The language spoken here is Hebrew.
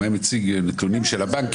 אם הוא היה מציג נתונים של הבנקים.